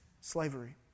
Slavery